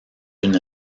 une